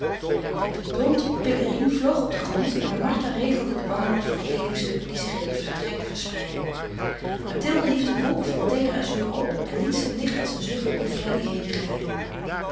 de bonten pelerine vloog op den grond maar martha regelde de wanorde van kleedingstukken die zich in het vertrek verspreidden mathilde hief de wolk van teeder azuur op en liet ze licht als een zucht om